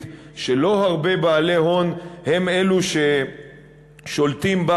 שלא הרבה בעלי הון הם אלה ששולטים בה,